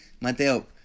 Mateo